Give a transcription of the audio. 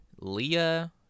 Leah